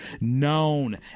known